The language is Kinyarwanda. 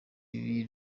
ibi